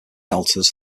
altars